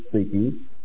speaking